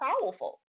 powerful